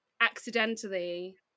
accidentally